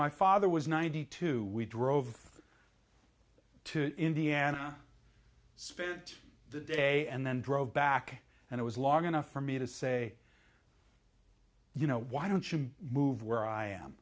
my father was ninety two we drove to indiana spent the day and then drove back and it was long enough for me to say you know why don't you move where i am